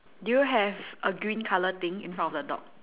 do you have a green colour thing in front of the dog